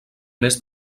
més